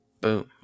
Boom